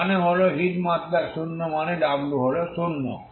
এর মানে হল হিট মাত্রায় শূন্য মানে w হল শূন্য